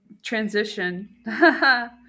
Transition